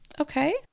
Okay